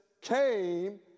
came